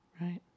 right